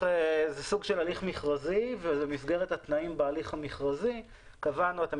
זה סוג של הליך מכרזי ובמסגרת התנאים בהליך המכרזי קבענו שאתם